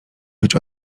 być